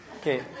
Okay